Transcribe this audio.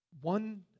One